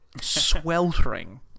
sweltering